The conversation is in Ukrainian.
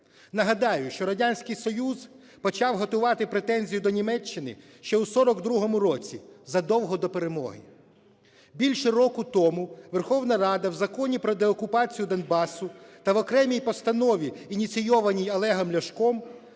Нагадаю, що Радянський Союз почав готувати претензію до Німеччини ще у 42-му році, задовго до перемоги. Більше року тому Верховна Рада в Законі про деокупацію Донбасу та в окремій постанові, ініційованій Олегом Ляшком,